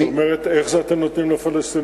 שאומרת: איך זה שאתם נותנים לפלסטינים?